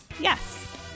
Yes